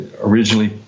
originally